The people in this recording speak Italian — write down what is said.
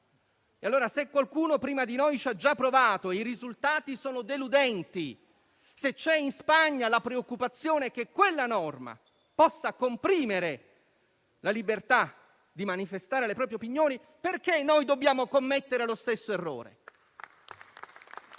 Allora, se qualcuno prima di noi ci ha già provato e i risultati sono deludenti, se c'è in Spagna la preoccupazione che quella norma possa comprimere la libertà di manifestare le proprie opinioni, perché noi dobbiamo commettere lo stesso errore?